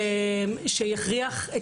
שיכריח,